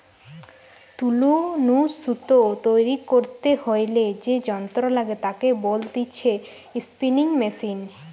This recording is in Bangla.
তুলো নু সুতো তৈরী করতে হইলে যে যন্ত্র লাগে তাকে বলতিছে স্পিনিং মেশিন